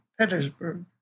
petersburg